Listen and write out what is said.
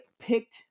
picked